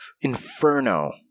Inferno